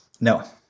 No